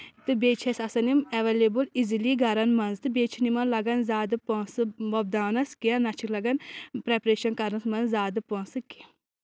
تہٕ بیٚیہِ چھِ اَسہِ آسان یِم ایویلیبٕل ایٖزلی گرن منٛز تہٕ بیٚیہِ چھِنہٕ یِمن لگان زیادٕ پونٛسہٕ وۄپداونَس کینٛہہ نہ چھِ لگان پریپریشن کرنس منٛز زیادٕ پونٛسہٕ کینٛہہ